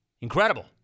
Incredible